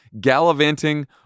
gallivanting